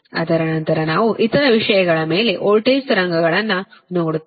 ಅದರ ನಂತರ ನಾವು ಇತರ ವಿಷಯಗಳ ಮೇಲೆ ವೋಲ್ಟೇಜ್ ತರಂಗಗಳನ್ನು ನೋಡುತ್ತೇವೆ